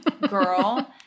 girl